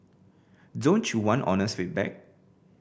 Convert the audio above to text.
don't you want honest feedback